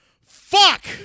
Fuck